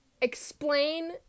explain